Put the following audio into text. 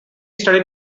studied